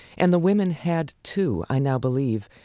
and the women had, too, i now believe,